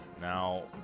Now